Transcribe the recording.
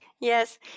Yes